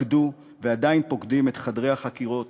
פקדו ועדיין פוקדים את חדרי החקירות